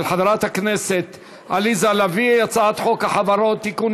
של חברת הכנסת עליזה לביא: הצעת חוק החברות (תיקון,